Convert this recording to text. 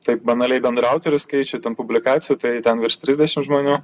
taip banaliai bendraautorių skaičių ten publikacijų tai ten virš trisdešim žmonių